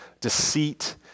deceit